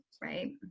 Right